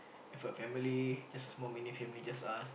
have a family just a small mini family just us